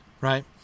Right